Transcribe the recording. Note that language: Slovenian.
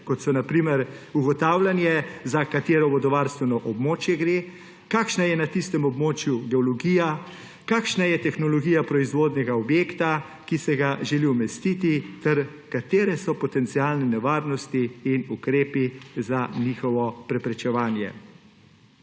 kot so na primer ugotavljanje, za katere vodovarstveno območje gre, kakšna je na tistem območju geologija, kakšna je tehnologija proizvodnega objekta, ki se ga želi umestiti, ter katere so potencialne nevarnosti in ukrepi za njihovo preprečevanje.